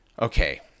Okay